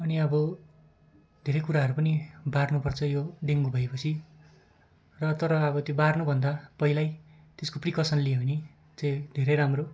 अनि अब धेरै कुराहरू पनि बार्नुपर्छ यो डेङ्गु भएपछि र तर अब त्यो बार्नुभन्दा पहिल्यै त्यसको प्रिकसन लियो भने त्यो धेरै राम्रो